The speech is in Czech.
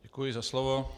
Děkuji za slovo.